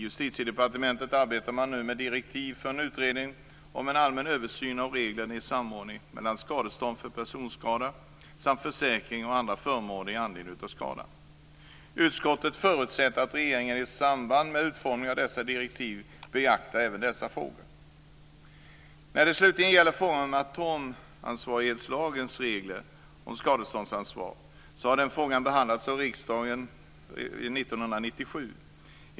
I Justitiedepartementet arbetar man nu med direktiv för en utredning om en allmän översyn av reglerna om samordning mellan skadestånd för personskada samt försäkring och andra förmåner med anledning av skadan. Utskottet förutsätter att regeringen i samband med utformningen av dessa direktiv beaktar även dessa frågor. När det slutligen gäller frågan om atomansvarighetslagens regler om skadeståndsansvar har den frågan behandlats av riksdagen 1997.